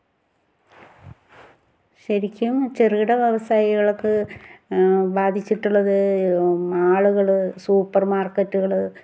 ശരിക്കും ചെറുകിട വ്യവസായികൾക്ക് ബാധിച്ചിട്ടുള്ളത് മാളുകള് സൂപ്പർ മാർക്കറ്റുകൾ